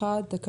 הצבעה אושרה.